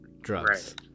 drugs